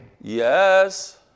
yes